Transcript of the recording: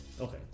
Okay